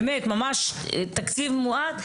באמת, ממש תקציב מועט.